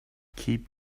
keep